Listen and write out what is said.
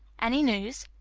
any news?